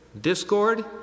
discord